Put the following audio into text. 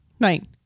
Right